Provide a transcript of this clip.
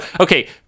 Okay